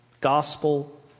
Gospel